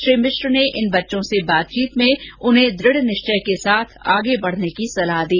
श्री मिश्र ने इन बच्चों से बातचीत में उन्हें द्रढ निश्चय के साथ आगे बढने की सलाह दी